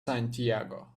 santiago